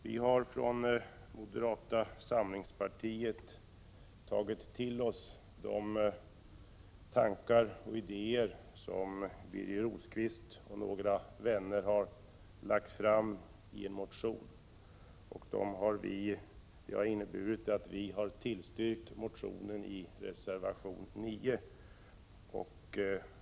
Vi har från moderata samlingspartiet tagit till oss de tankar och idéer som Birger Rosqvist och några andra ledamöter lagt fram i en motion, och vi har i reservation 9 tillstyrkt motionen.